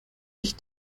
ich